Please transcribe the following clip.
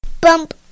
Bump